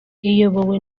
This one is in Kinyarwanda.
iyobowe